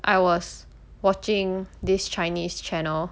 I was watching this chinese channel